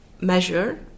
measure